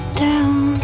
down